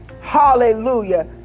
hallelujah